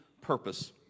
purpose